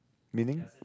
meaning